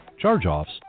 charge-offs